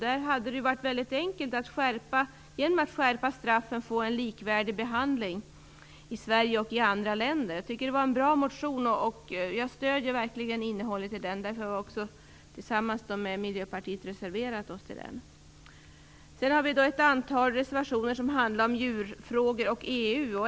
Det hade varit mycket enkelt att i Sverige få en behandling likvärdig med den som förekommer i andra länder genom att skärpa straffen. Jag stödjer verkligen innehållet i denna motion, som vi tillsammans med Miljöpartiet har reserverat oss för. Vi har också ett antal reservationer som handlar om djurfrågor i EU.